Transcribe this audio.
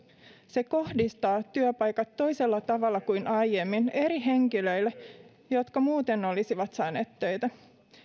se kohdistaa työpaikat toisella tavalla kuin aiemmin eri henkilöille jotka muuten olisivat saaneet töitä